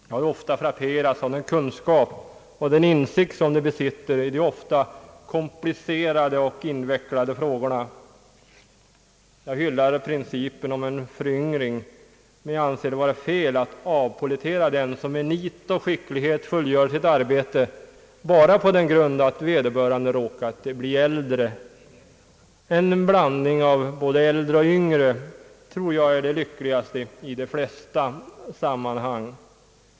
Jag har ofta frapperats av den kunskap och den insikt som de besitter i de många gånger komplicerade och invecklade frågorna. Jag hyllar principen om föryngring, men jag anser det vara fel att avpollettera den som med nit och skicklighet fullgör sitt arbete bara på den grunden att vederbörande råkat bli äldre. En blandning av äldre och yngre tror jag är det lyckligaste i de flesta sammanhang.